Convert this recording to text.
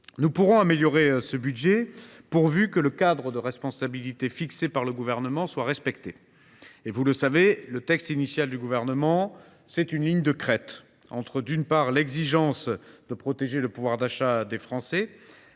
Nous pourrons améliorer ce projet de budget pourvu que le cadre de responsabilité fixé par le Gouvernement soit respecté. Vous le savez, le texte initial du Gouvernement suit une ligne de crête entre, d’un côté, l’exigence de protéger le pouvoir d’achat des Français